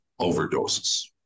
overdoses